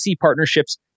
partnerships